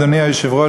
אדוני היושב-ראש,